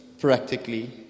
practically